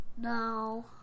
No